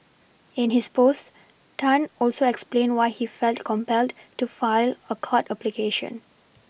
in his post Tan also explained why he felt compelled to file a court application